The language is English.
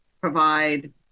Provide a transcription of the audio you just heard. provide